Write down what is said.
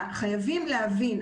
חייבים להבין,